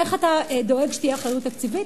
איך אתה דואג שתהיה אחריות תקציבית,